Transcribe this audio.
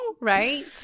right